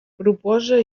proposa